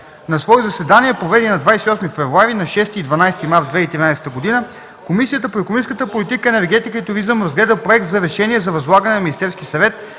На свое заседание, проведено на 28 февруари, на 6 и 12 март 2013 г., Комисията по икономическата политика, енергетика и туризъм разгледа Проект за решение за възлагане на Министерския съвет